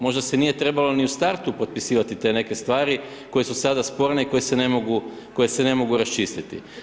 Možda se nije trebalo ni u startu potpisivati te neke stvari koje su sada sporne, koje se ne mogu raščistiti.